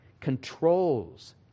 controls